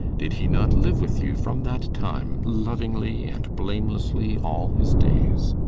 did he not live with you from that time, lovingly and blamelessly, all his days?